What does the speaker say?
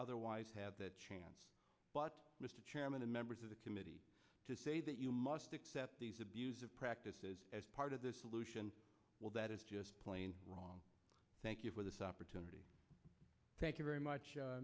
otherwise have that chance but mr chairman and members of the committee to say that you must accept these abuse of practices as part of the solution well that is just plain wrong thank you for this opportunity thank you very much